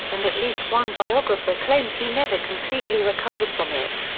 and at least one biographer claims he never completely recovered from it.